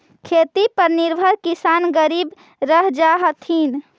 खेती पर निर्भर किसान गरीब रह जा हथिन